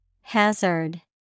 Hazard